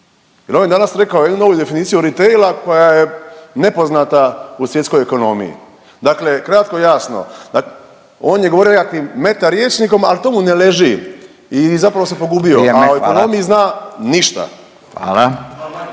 jer on je danas rekao jednu novu definiciju …/Govornik se ne razumije./… koja je nepoznata u svjetskoj ekonomiji. Dakle, kratko i jasno on je govorio nekakvim meta rječnikom ali to mu ne leži i zapravo se pogubio… …/Upadica Furio